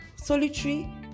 solitary